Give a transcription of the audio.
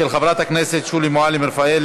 של חברת הכנסת שולי מועלם-רפאלי.